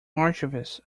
archivists